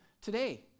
Today